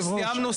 סיימנו.